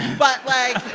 but, like.